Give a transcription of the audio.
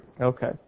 Okay